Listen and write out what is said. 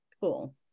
Cool